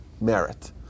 merit